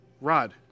Rod